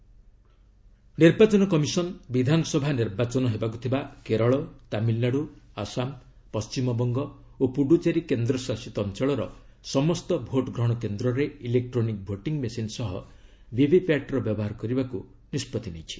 EVM VVPAT ନିର୍ବାଚନ କମିଶନ ବିଧାନସଭା ନିର୍ବାଚନ ହେବାକୁ ଥିବା କେରଳ ତାମିଲନାଡ଼ୁ ଆସାମ ପଶ୍ଚିମବଙ୍ଗ ଓ ପୁଡ଼ୁଚେରୀ କେନ୍ଦ୍ରଶାସିତ ଅଞ୍ଚଳର ସମସ୍ତ ଭୋଟ୍ଗ୍ରହଣ କେନ୍ଦ୍ରରେ ଇଲେକ୍ଟ୍ରୋନିକ୍ ଭୋଟିଂ ମେସିନ୍ ସହ ଭିଭିପାଟ୍ର ବ୍ୟବହାର କରିବାକୁ ନିଷ୍ପଭି ନେଇଛି